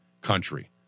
country